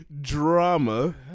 drama